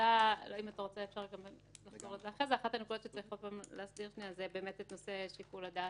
אחת הנקודות שצריך עוד פעם להסביר זה נושא שיקול הדעת,